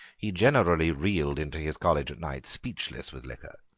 he generally reeled into his college at night speechless with liquor.